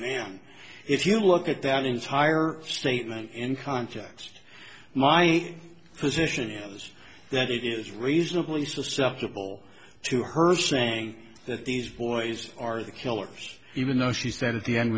man if you look at that entire statement in context my position was that it is reasonably susceptible to her saying that these boys are the killers even though she said at the end